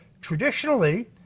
Traditionally